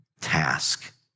task